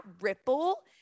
ripple